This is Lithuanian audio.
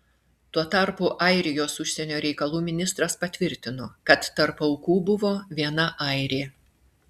tuo tarpu airijos užsienio reikalų ministras patvirtino kad tarp aukų buvo viena airė